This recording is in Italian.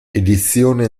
edizione